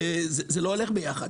וזה לא הולך ביחד.